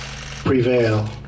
prevail